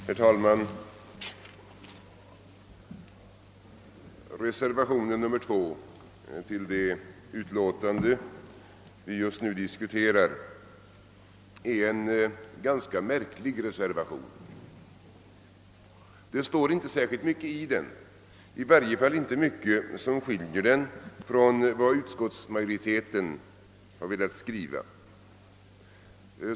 Herr talman! Reservationen 2 till det utlåtande vi just nu diskuterar är en ganska märklig reservation. Det står inte särskilt mycket i den, i varje fall inte mycket som skiljer den från vad utskottsmajoriteten har velat skriva.